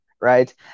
right